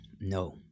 No